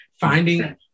finding